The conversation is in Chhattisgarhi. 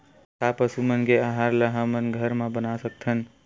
का पशु मन के आहार ला हमन घर मा बना सकथन?